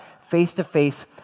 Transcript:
face-to-face